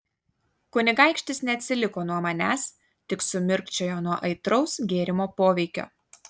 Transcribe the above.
kunigaikštis neatsiliko nuo manęs tik sumirkčiojo nuo aitraus gėrimo poveikio